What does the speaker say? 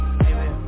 baby